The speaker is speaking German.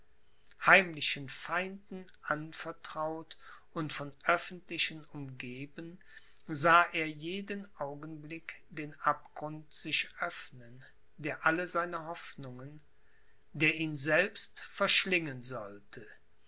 heimlichen feinden anvertraut und von öffentlichen umgeben sah er jeden augenblick den abgrund sich öffnen der alle seine hoffnungen der ihn selbst verschlingen sollte